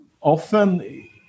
often